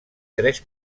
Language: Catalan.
tres